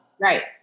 Right